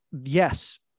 yes